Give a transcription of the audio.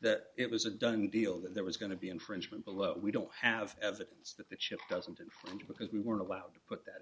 that it was a done deal that there was going to be infringement below we don't have evidence that the chip doesn't and because we weren't allowed to put that